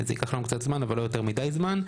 זה ייקח לנו קצת זמן, אבל לא יותר מדי זמן.